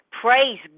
Praise